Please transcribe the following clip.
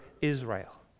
Israel